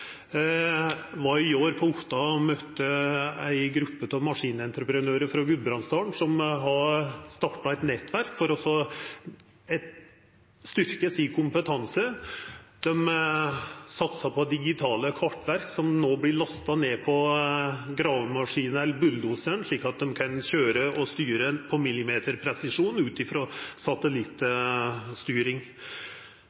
var på Otta i går og møtte ei gruppe av maskinentreprenørar frå Gudbrandsdalen som har starta eit nettverk for å styrkja kompetansen sin. Dei satsar på digitale kartverk, som no vert lasta ned på gravemaskina eller bulldosaren slik at dei kan køyra og styra dei med millimeterpresisjon ut